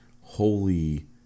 holy